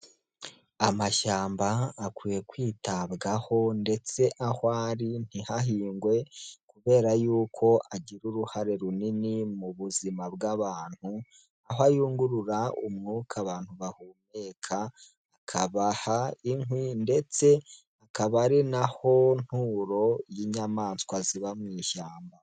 Amashyamba akwiye kwitabwaho ndetse aho ari ntihahingwe kubera yuko agira uruhare runini mu buzima bw'abantu, aho ayungurura umwuka abantu bahumeka, akabaha inkwi ndetse akaba ari na nturo y'inyamaswa ziba mu ishyamba.